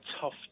tough